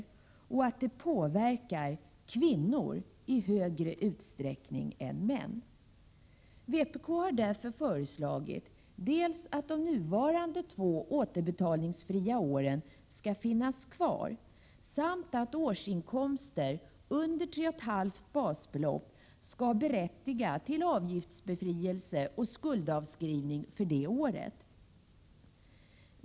Vidare påverkar dessa faktorer kvinnorna i större utsträckning än männen. Vi i vpk har därför föreslagit dels att de nuvarande två återbetalningsfria åren skall finnas kvar, dels att årsinkomster under 3,5 basbelopp skall berättiga till avgiftsbefrielse och skuldavskrivning för det aktuella året.